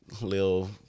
Little